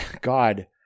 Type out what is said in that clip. God